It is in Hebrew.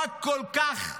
מה כל כך לחוץ?